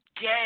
Gay